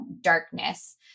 darkness